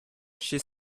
she